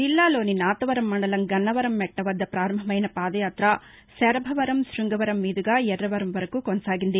జిల్లాలోని నాతవరం మండలం గన్నవరం మెట్ల వద్ద పారంభమైన పాదయాత శరభవరం శృంగవరం మీదుగా ఎరవరం వరకు కొనసాగింది